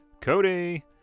Cody